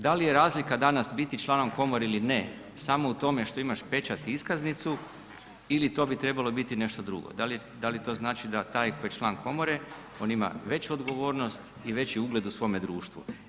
Da li je razlika danas biti članom komore ili ne samo u tome što imaš pečat i iskaznicu ili to bi trebalo biti nešto drugo, da li to znači taj koji je član komore on ima veću odgovornost i veći ugled u svome društvu.